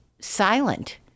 silent